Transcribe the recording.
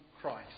Christ